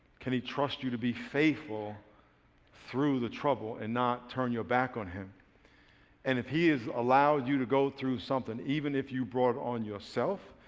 can he trust you to be faithful through the trouble and not turn your back on him and if he is allowed you to go through something even if you brought it on yourself,